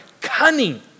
cunning